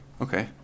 Okay